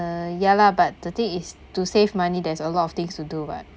uh ya lah but the thing is to save money there's a lot of things to do [what]